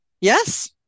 yes